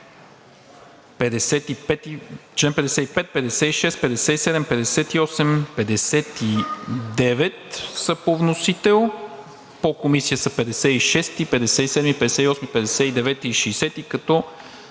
55, 56, 57, 58, 59 са по вносител, по Комисия са чл. 56, 57, 58, 59 и 60, като